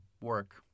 work